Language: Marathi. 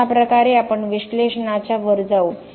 तर अशा प्रकारे आपण विश्लेषणाच्या वर जाऊ